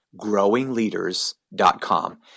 Growingleaders.com